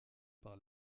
par